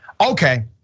Okay